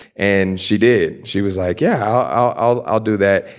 and she did. she was like, yeah, i'll i'll do that.